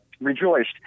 rejoiced